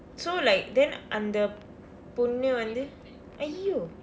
so like then அந்த பொண்ணு வந்து:antha ponnu vandthu !aiyo!